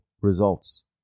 results